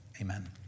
amen